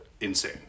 insane